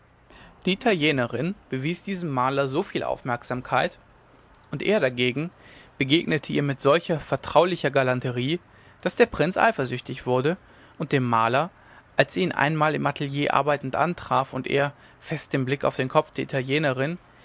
die italienerin bewies diesem maler so viel aufmerksamkeit und er dagegen begegnete ihr mit solcher vertraulicher galanterie daß der prinz eifersüchtig wurde und dem maler als er ihn einmal im atelier arbeitend antraf und er fest den blick auf den kopf der italienerin